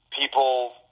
people